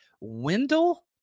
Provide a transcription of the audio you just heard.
Wendell